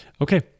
okay